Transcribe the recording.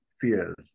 fears